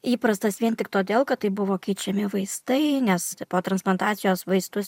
įprastas vien tik todėl kad tai buvo keičiami vaistai nes po transplantacijos vaistus